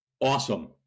awesome